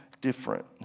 different